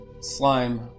slime